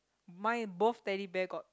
mine both Teddy Bear got